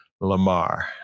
Lamar